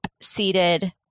seated